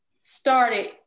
started